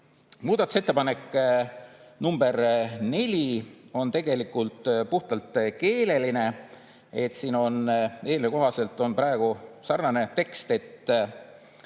Muudatusettepanek nr 4 on tegelikult puhtalt keeleline. Siin on eelnõu kohaselt praegu selline tekst, et